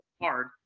hard